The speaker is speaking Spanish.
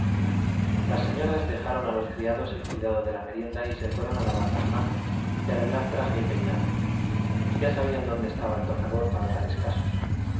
las señoras dejaron a los criados el cuidado de la merienda y se fueron a lavar las manos y arreglar traje y peinado ya sabían dónde estaba el tocador para tales casos